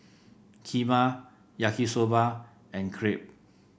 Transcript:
Kheema Yaki Soba and Crepe